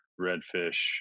redfish